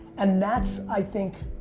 and that's, i think,